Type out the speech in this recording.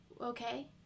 okay